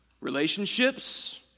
relationships